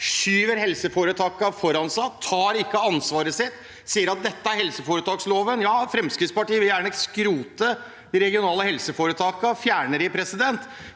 skyver helseforetakene foran seg, ikke tar ansvaret sitt og sier at dette er helseforetaksloven. Fremskrittspartiet vil gjerne skrote de regionale helseforetakene – fjerne dem – men